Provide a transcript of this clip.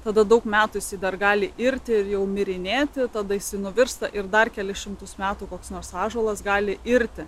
tada daug metų jisai dar gali irti ir jau mirinėti tada jisai nuvirsta ir dar kelis šimtus metų koks nors ąžuolas gali irti